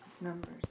numbers